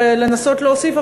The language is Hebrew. להוסיף, לנסות להוסיף.